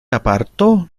apartó